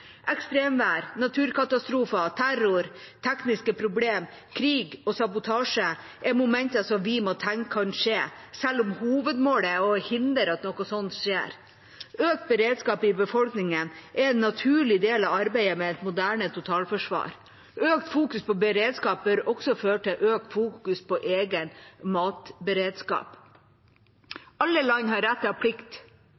Ekstremvær, naturkatastrofer, terror, tekniske problemer, krig og sabotasje er momenter som vi må tenke kan oppstå, selv om hovedmålet er å hindre at noe sånt oppstår. Økt beredskap i befolkningen er en naturlig del av arbeidet med et moderne totalforsvar. Større vekt på beredskap bør også føre til større vekt på egen matberedskap.